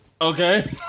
Okay